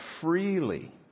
freely